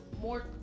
more